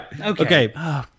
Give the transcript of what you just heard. Okay